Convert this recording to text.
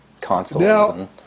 consoles